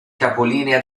capolinea